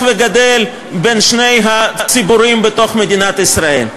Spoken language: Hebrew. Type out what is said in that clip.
וגדל בין שני הציבורים במדינת ישראל.